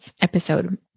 episode